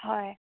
হয়